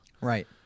right